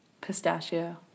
Pistachio